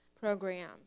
program